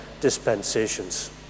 dispensations